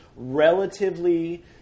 relatively